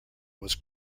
was